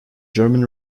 german